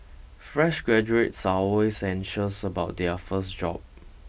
fresh graduates are always anxious about their first job